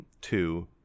Two